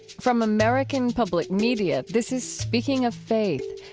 from american public media, this is speaking of faith,